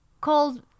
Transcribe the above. called